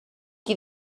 qui